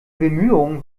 bemühungen